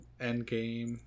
Endgame